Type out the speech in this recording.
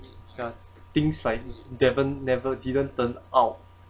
ya things like d~ never didn't turn out